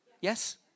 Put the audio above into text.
yes